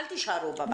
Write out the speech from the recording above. אל תישארו בבית.